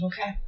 okay